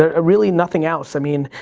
ah really nothing else. i mean,